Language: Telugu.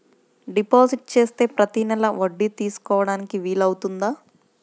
డిపాజిట్ చేస్తే ప్రతి నెల వడ్డీ తీసుకోవడానికి వీలు అవుతుందా?